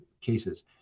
cases